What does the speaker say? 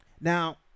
now